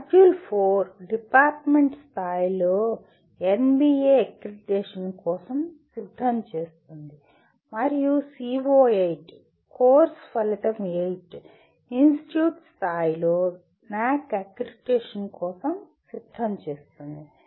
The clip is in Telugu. మాడ్యూల్ 4 డిపార్ట్మెంట్ స్థాయిలో ఎన్బిఎ అక్రిడిటేషన్ కోసం సిద్ధం చేస్తుంది మరియు CO8 కోర్సు ఫలితం 8 ఇన్స్టిట్యూట్ స్థాయిలో NAAC అక్రిడిటేషన్ కోసం సిద్ధం చేస్తుంది